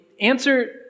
answer